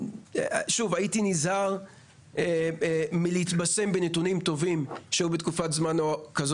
הייתי נזהר מלהתבשם בנתונים טובים שהיו בתקופת זמן כזו